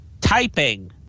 typing